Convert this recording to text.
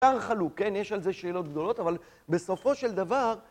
חלוק, כן, יש על זה שאלות גדולות, אבל בסופו של דבר...